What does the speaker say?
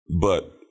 but-